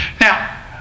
Now